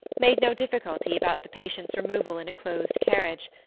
made no difficulty about the patient's removal in a closed carriage,